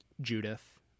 Judith